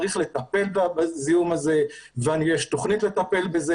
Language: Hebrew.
צריך לטפל בזיהום הזה ויש תוכנית לטפל בזה.